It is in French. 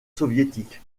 soviétique